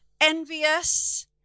envious